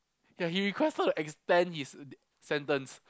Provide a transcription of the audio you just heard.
ya he requested extend his sentence